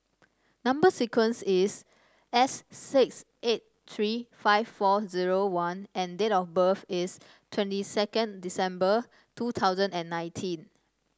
number sequence is S six eight tree five four zero one and date of birth is twenty second December two thousand and nineteen